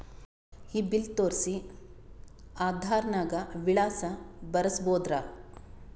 ಈ ಬಿಲ್ ತೋಸ್ರಿ ಆಧಾರ ನಾಗ ವಿಳಾಸ ಬರಸಬೋದರ?